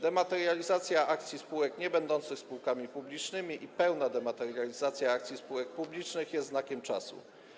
Dematerializacja akcji spółek niebędących spółkami publicznymi i pełna dematerializacja akcji spółek publicznych jest znakiem czasu.